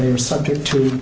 they are subject to